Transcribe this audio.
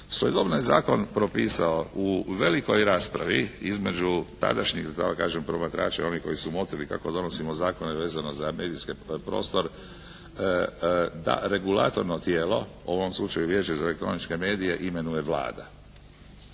Svojedobno je zakon propisao u velikoj raspravi između tadašnjih da tako kažem promatrača, onih koji su motrili kako donosimo zakone vezano za medijski prostor, da regulatorno tijelo u ovom slučaju Vijeće za elektroničke medije imenuje Vlada.